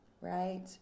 right